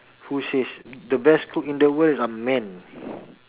who says the best cook in the world are men